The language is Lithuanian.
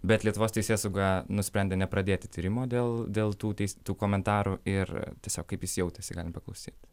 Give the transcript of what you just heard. bet lietuvos teisėsauga nusprendė nepradėti tyrimo dėl dėl tų teis tų komentarų ir tiesiog kaip jis jautėsi galim paklausyt